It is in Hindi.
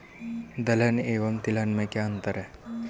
दलहन एवं तिलहन में क्या अंतर है?